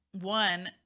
one